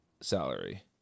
salary